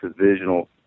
divisional